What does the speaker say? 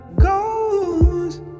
goes